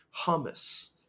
Hummus